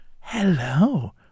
hello